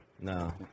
No